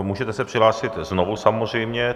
Můžete se přihlásit znovu samozřejmě.